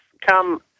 come